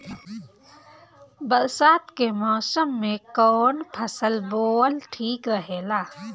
बरसात के मौसम में कउन फसल बोअल ठिक रहेला?